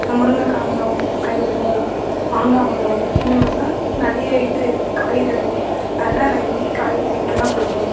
முருங்கக்காய் மரம் அதுக்கப்புறம் மாங்காய் மரம் இந்த மாதிரிலாம் நிறைய இது காய் தரும் அதெலாம் நான் எங்கேயும் காய் விற்கலாம் கொடுப்போம்